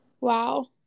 Wow